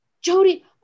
Jody